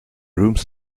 rooms